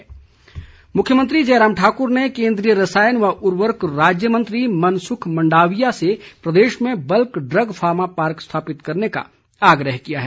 मुख्यमंत्री मुख्यमंत्री जयराम ठाकुर ने केन्द्रीय रसायन व उर्वरक राज्य मंत्री मनसुख मंडाविया से प्रदेश में बल्क ड्रग फार्मा पार्क स्थापित करने का आग्रह किया है